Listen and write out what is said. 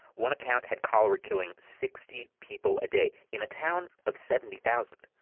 one account had cholera killing sixty people a day in a town of seventy thousand.